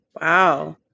Wow